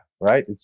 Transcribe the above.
right